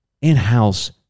in-house